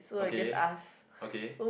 okay okay